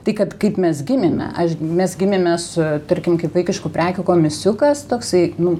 tai kad kaip mes gimėme aš mes gimėme su tarkim kaip vaikiškų prekių komisiukas toksai nu